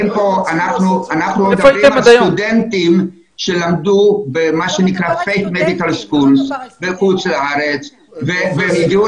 יש את הסטודנטים שלמדו בבתי ספר לרפואה בחוץ לארץ והגיעו